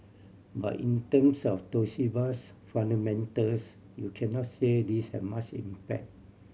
but in terms of Toshiba's fundamentals you cannot say this has much impact